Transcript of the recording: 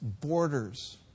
borders